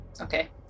Okay